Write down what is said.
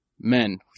Men